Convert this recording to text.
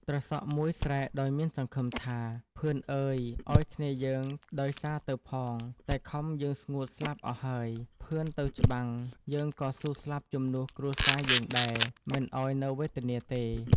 ត្រសក់មួយស្រែកដោយមានសង្ឃឹមថា “ ភឿនអើយឱ្យគ្នាយើងដោយសារទៅផង តែ ខំយើងស្ងួតស្លាប់អស់ហើយ ភឿនទៅច្បាំងយើងក៏ស៊ូស្លាប់ជំនួសគ្រួសារយើងដែរ មិនឱ្យនៅវេទនាទេ ” ។